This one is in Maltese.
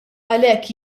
għalhekk